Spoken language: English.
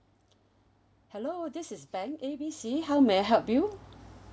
hello this is bank A B C how may I help you